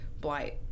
blight